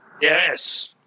yes